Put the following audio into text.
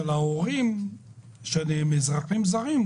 של ההורים שהם אזרחים זרים,